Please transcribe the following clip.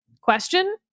question